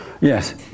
Yes